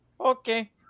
Okay